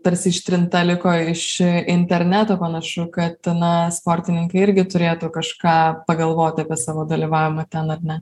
tarsi ištrinta liko iš interneto panašu kad na sportininkai irgi turėtų kažką pagalvoti apie savo dalyvavimą ten ar ne